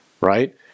right